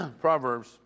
Proverbs